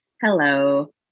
hello